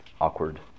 awkward